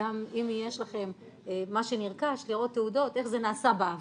מה שנרכש, לראות תעודות איך זה נעשה בעבר,